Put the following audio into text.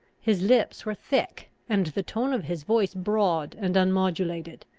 his lips were thick, and the tone of his voice broad and unmodulated.